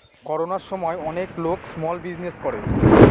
করোনার সময় অনেক লোক স্মল বিজনেস করে